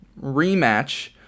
rematch